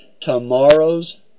Tomorrow's